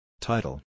Title